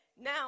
now